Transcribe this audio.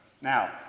Now